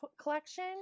collection